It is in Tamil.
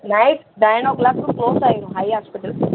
நைட் நைன் ஓ க்ளாக்குக்கு க்ளோஸ் ஆயிரும் ஐ ஹாஸ்ப்பிட்டல்